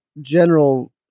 general